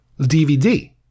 DVD